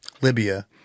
Libya